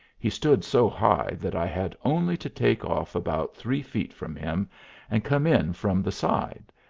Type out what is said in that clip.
he stood so high that i had only to take off about three feet from him and come in from the side,